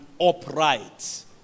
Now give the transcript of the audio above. upright